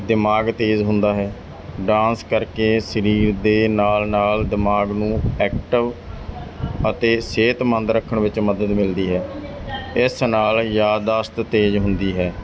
ਦਿਮਾਗ ਤੇਜ਼ ਹੁੰਦਾ ਹੈ ਡਾਂਸ ਕਰਕੇ ਸਰੀਰ ਦੇ ਨਾਲ ਨਾਲ ਦਿਮਾਗ ਨੂੰ ਐਕਟਿਵ ਅਤੇ ਸਿਹਤਮੰਦ ਰੱਖਣ ਵਿੱਚ ਮਦਦ ਮਿਲਦੀ ਹੈ ਇਸ ਨਾਲ ਯਾਦਦਾਸ਼ਤ ਤੇਜ਼ ਹੁੰਦੀ ਹੈ